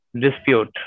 dispute